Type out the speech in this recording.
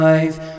Life